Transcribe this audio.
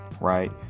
right